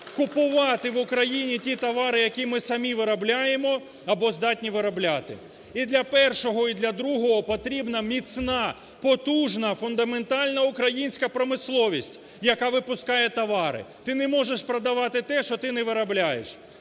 Купувати в Україні ті товари, які ми самі виробляємо або здатні виробляти. І для першого, і для другого потрібна міцна, потужна, фундаментальна українська промисловість, яка випускає товари. Ти не можеш продавати те, що ти не виробляєш.